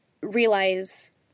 realize